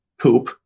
poop